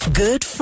good